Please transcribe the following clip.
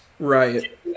Right